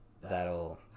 that'll